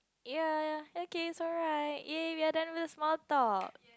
ya okay so right ya we are done this small talk